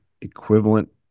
equivalent